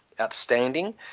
Outstanding